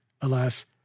Alas